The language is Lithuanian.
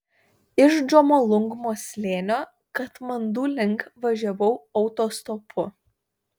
iš džomolungmos slėnio katmandu link važiavau autostopu